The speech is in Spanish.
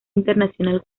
internacional